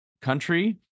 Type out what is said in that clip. country